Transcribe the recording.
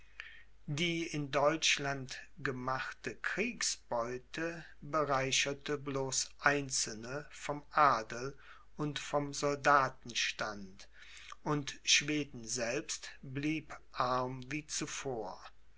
die in deutschland gemachte kriegsbeute bereicherte bloß einzelne vom adel und vom soldatenstand und schweden selbst blieb arm wie zuvor